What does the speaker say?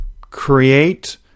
create